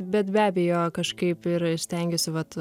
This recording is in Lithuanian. bet be abejo kažkaip yra stengiesi kad